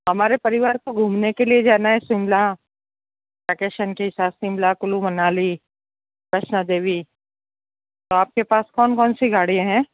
हमारे परिवार को घुमने के लिए जाना है शिमला वेकेशन के हिसाब से शिमला कूल्लू मनाली वैष्णो देवी तो आप के पास कौन कौन सी गाड़ियाँ हैं